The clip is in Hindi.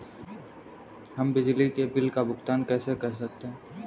हम बिजली के बिल का भुगतान कैसे कर सकते हैं?